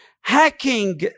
hacking